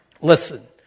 Listen